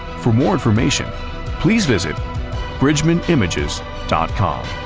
for more information please visit bridgemanimages dot com